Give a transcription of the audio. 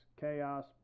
chaos